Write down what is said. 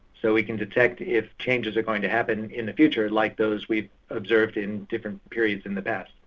so we can detect if changes are going to happen in the future, like those we observed in different periods in the past.